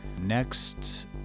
next